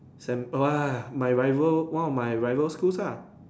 Sam !wah! my rival one of my rival schools ah